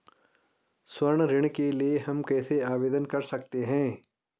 स्वर्ण ऋण के लिए हम कैसे आवेदन कर सकते हैं?